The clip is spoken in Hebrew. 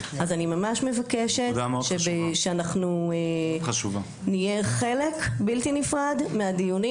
אני ממש מבקשת שאנחנו נהיה חלק בלתי נפרד מהדיונים,